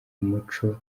umuco